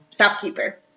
Shopkeeper